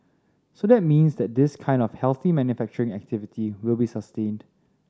so that means that this kind of healthy manufacturing activity will be sustained